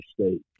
state